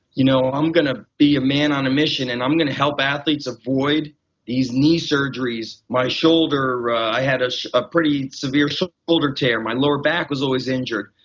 you know, i'm going to be a man on a mission and i'm going to help athletes avoid these knee surgeries. my shoulder, i had a pretty severe so shoulder tear. my lower back was always injured.